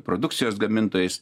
produkcijos gamintojais